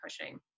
pushing